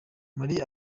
muri